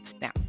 Now